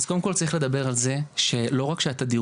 אז קודם כל צריך לדבר על זה שלא רק שהתדירות